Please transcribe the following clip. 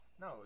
No